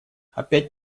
опять